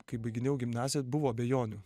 kai baiginėjau gimnaziją buvo abejonių